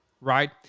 right